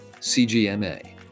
CGMA